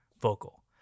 vocal